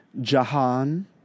Jahan